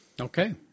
Okay